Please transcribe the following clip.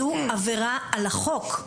זו עבירה על החוק.